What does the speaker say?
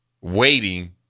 waiting